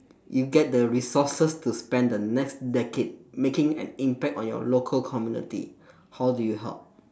you get the resources to spend the next decade making an impact on your local community how do you help